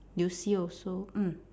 you see also mm